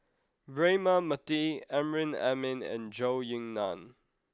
Braema Mathi Amrin Amin and Zhou Ying Nan